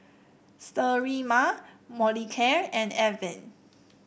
Sterimar Molicare and Avene